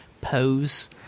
pose